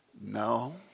No